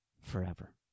forever